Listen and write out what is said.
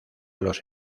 los